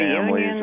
families